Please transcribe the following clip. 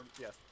yes